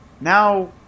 now